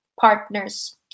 partners